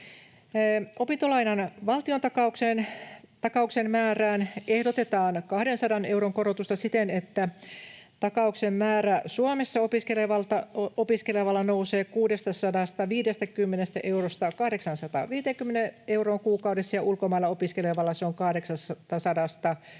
Opintolainan valtiontakauksen määrään ehdotetaan 200 euron korotusta siten, että takauksen määrä Suomessa opiskelevalla nousee 650 eurosta 850 euroon kuukaudessa ja ulkomailla opiskelevalla 800:sta 1 000 euroon